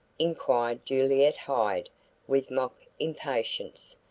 inquired julietta hyde with mock impatience.